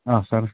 ആ സാറേ